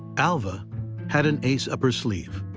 alva had an ace up her sleeve,